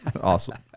awesome